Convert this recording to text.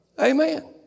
Amen